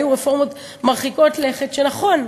והיו רפורמות מרחיקות לכת שנכון,